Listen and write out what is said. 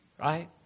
Right